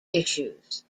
issues